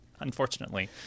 Unfortunately